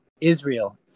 Israel